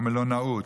המלונאות,